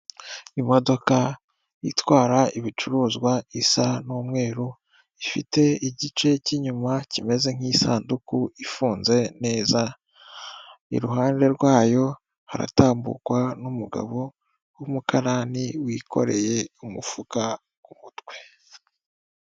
Imodoka itwara ibicuruzwa isa n'umweru ifite igice cy'inyuma kimeze nk'isanduku ifunze neza, iruhande rwayo haratambukwa n'umugabo w'umukarani wikoreye umufuka ku mutwe.